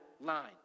line